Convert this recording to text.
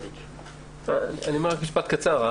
אני אומר משפט קצר.